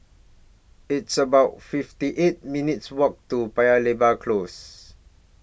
It's about fifty eight minutes' Walk to Paya Lebar Close